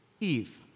Eve